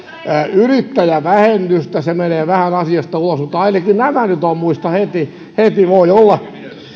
yrittäjävähennystä se menee vähän asiasta ulos mutta ainakin nämä nyt muistan heti heti